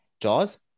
Jaws